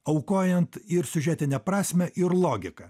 aukojant ir siužetinę prasmę ir logiką